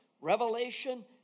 Revelation